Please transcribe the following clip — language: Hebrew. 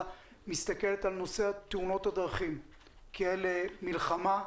מסתכלת על נושא תאונות הדרכים כאל מלחמה,